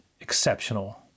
exceptional